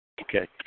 Okay